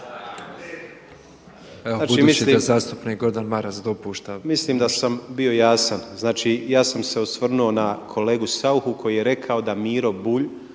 Evo, budući da zastupnik Gordan Maras dopušta. **Grmoja, Nikola (MOST)** Mislim da sam bio jasan, znači, ja sam se osvrnuo na kolegu Sauchu koji je rekao da Miro Bulj